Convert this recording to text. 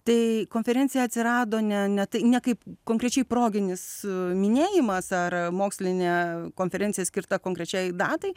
tai konferencija atsirado ne net ne kaip konkrečiai proginis minėjimas ar mokslinė konferencija skirta konkrečiai datai